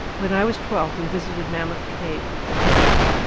when i was twelve we visited mammoth cave in kentucky,